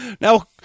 Now